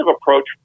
approach